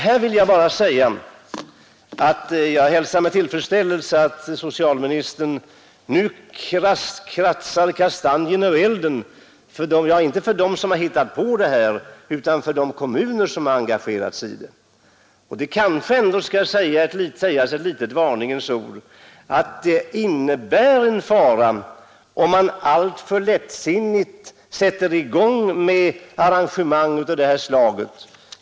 Här vill jag bara säga att jag hälsar med tillfredsställelse att socialministern nu kratsar kastanjerna ur elden — inte för dem som har hittat på det här, utan för de kommuner som har engagerat sig i det. Det kanske ändå bör sägas ett litet varningens ord om att det innebär en fara att alltför lättsinnigt sätta i gång med arrangemang av det slaget.